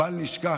בל נשכח,